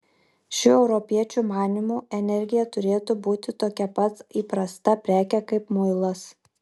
šių europiečių manymu energija turėtų būti tokia pat įprasta prekė kaip muilas